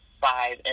five